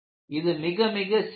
இது மிக மிக சிறியது